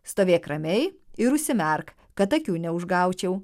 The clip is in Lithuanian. stovėk ramiai ir užsimerk kad akių neužgaučiau